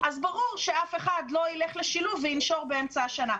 אז ברור שאף אחד לא ילך לשילוב וינשור באמצע השנה.